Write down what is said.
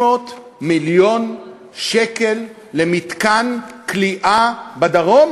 600 מיליון שקל למתקן כליאה בדרום?